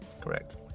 Correct